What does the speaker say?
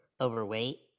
overweight